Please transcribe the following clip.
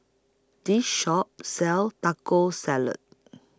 This Shop sells Taco Salad